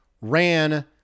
ran